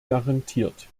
garantiert